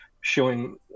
showing